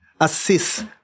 assist